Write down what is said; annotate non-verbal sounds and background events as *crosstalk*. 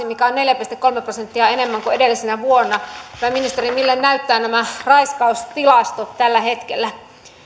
*unintelligible* mikä on neljä pilkku kolme prosenttia enemmän kuin edellisenä vuonna hyvä ministeri mille näyttävät nämä raiskaustilastot tällä hetkellä